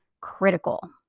critical